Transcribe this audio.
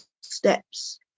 steps